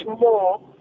more